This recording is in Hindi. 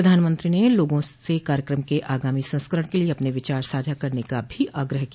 प्रधानमंत्री ने लोगों से कार्यक्रम के आगामी संस्करण के लिए अपने विचार साझा करने का भी आग्रह किया